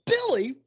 Billy